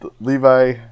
Levi